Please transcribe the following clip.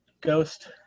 ghost